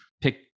pick